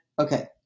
Okay